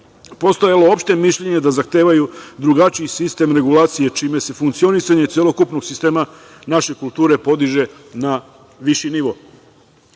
postojalo opšte mišljenje da zahtevaju drugačiji sistem regulacije, čime se funkcionisanje celokupnog sistema naše kulture podiže na viši nivo. Što